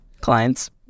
clients